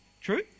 True